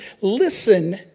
listen